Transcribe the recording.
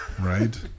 Right